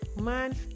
man